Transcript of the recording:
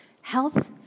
Health